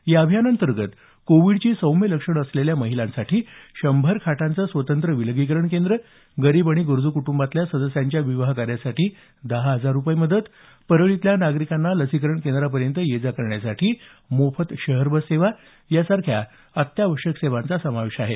या अभियानांतर्गत कोविडची सौम्य लक्षणं असलेल्या महिलांसाठी शंभर खाटांचं स्वतंत्र विलगीकरण केंद्र गरीब आणि गरजू कुटुंबातल्या सदस्यांच्या विवाह कार्यासाठी दहा हजार रुपये मदत परळीतल्या नागरिकांना लसीकरण केंद्रपर्यंत ये जा करण्यासाठी मोफत शहर बस सेवा यासारख्या अत्यावश्यक सेवा देण्यात येणार आहेत